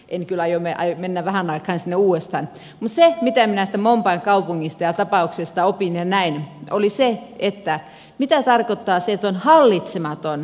en kyllä aio mennä vähään aikaan sinne uudestaan mutta se mitä minä tästä mumbain kaupungista ja tapauksesta opin ja näin oli se mitä tarkoittaa se että on hallitsematon keskittyminen